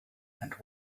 and